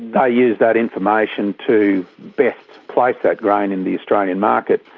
they used that information to best place that grain in the australian market,